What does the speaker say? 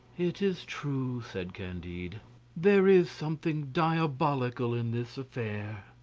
it is true, said candide there is something diabolical in this affair.